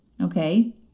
Okay